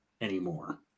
anymore